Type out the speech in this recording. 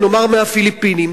נאמר מהפיליפינים,